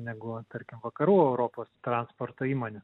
negu tarkim vakarų europos transporto įmonių